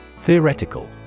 Theoretical